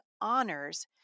honors